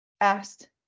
asked